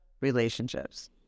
relationships